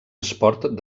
esport